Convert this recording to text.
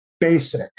basic